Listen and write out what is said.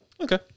okay